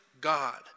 God